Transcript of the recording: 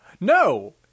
No